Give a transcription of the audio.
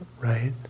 right